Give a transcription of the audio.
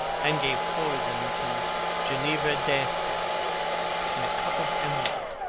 and gave poison to ginevra d'este in a cup of emerald,